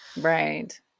right